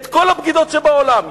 את כל הבגידות שבעולם.